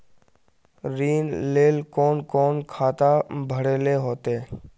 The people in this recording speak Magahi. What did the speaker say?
ऋण लेल कोन कोन खाता भरेले होते?